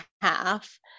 half